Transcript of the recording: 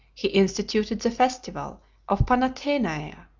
he instituted the festival of panathenaea,